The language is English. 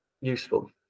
useful